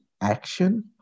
action